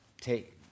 take